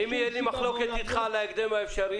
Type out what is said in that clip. אנחנו מקבלים אלפי שיחות בעניינים כאלה.